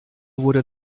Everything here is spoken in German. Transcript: wurde